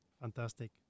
Fantastic